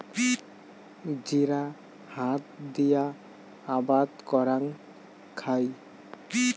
জিরা হাত দিয়া আবাদ করাং খাই